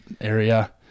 area